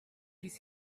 his